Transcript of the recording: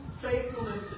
faithfulness